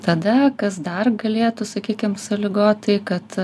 tada kas dar galėtų sakykim sąlygoti kad